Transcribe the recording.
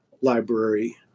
library